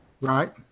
Right